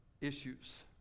issues